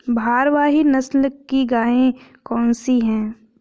भारवाही नस्ल की गायें कौन सी हैं?